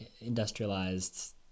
industrialized